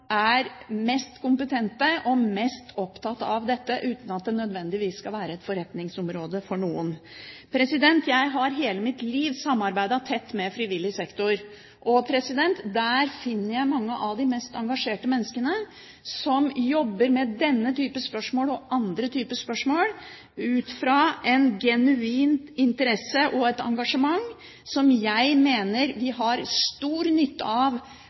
er mest kompetente og mest opptatt av dette, uten at det nødvendigvis skal være et forretningsområde for noen. Jeg har hele mitt liv samarbeidet tett med frivillig sektor. Der finner jeg mange av de mest engasjerte menneskene som jobber med denne typen spørsmål og andre typer spørsmål, ut fra en genuin interesse og et engasjement som jeg mener vi har stor nytte av